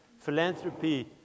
Philanthropy